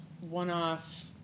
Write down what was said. one-off